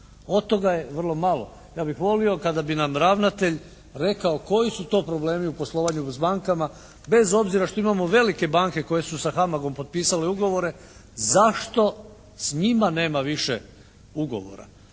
od toga je vrlo malo. Ja bih volio kada bi nam ravnatelj rekao koji su to problemi u poslovanju s bankama bez obzira što imamo velike banke koje su sa HAMAG-om potpisale ugovore, zašto s njima nema više ugovora.